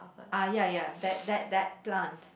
ah ya ya that that that plant